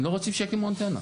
הם לא רוצים שיקימו אנטנה.